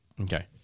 okay